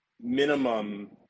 minimum